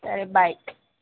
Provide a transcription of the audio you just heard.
సరే బయ్